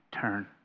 turn